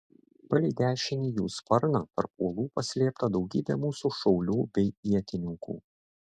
palei dešinį jų sparną tarp uolų paslėpta daugybė mūsų šaulių bei ietininkų